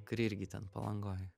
kur irgi ten palangoj